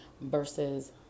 versus